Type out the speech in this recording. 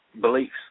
beliefs